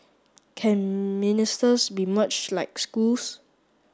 can ministers be merged like schools